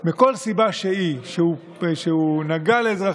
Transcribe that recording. יחסי ציבור שיושבת ושומעת מה אומר רונן צור,